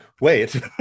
Wait